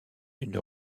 une